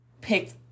picked